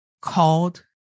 called